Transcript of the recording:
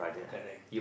correct